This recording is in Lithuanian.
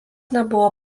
nebuvo